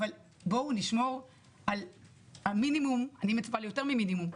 אבל בואו נשמור על המינימום ואני מצפה ליותר ממינימום,